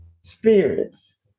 spirits